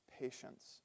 patience